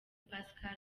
pascal